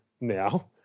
now